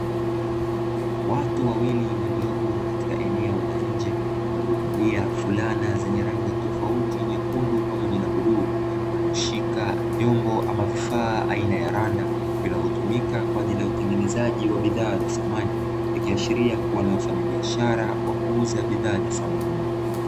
Watu wawili walioko katika eneo la nje, waliovalia fulana zenye rangi tofauti; nyekundu pamoja na bluu, walioshika vyombo ama vifaa aina ya randa vinavyotumika kwa ajili ya utengenezaji wa bidhaa za samani, ikiashiria ni biashara ya kuuza bidhaa za samani.